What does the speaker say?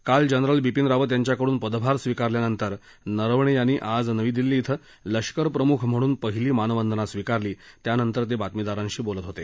काल जनरल बिपीन रावत यांच्याकडून पदभार स्वीकारल्यानंतर नरवणे यांनी आज नवी दिल्ली श्वि लष्करप्रमुख म्हणून पहिली मानवंदना स्वीकारली त्यानंतर ते बातमीदारांशी बोलत होते